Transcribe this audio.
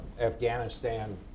Afghanistan